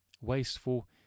wasteful